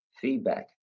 feedback